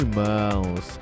mãos